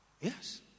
Yes